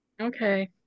Okay